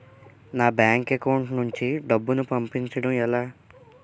నా bank account నుంచి డబ్బును పంపించడం ఎలా?